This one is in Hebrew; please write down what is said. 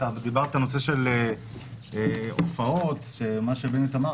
דיברת על נושא של הופעות ועל מה שבנט אמר.